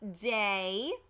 day